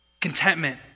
Contentment